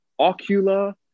Ocula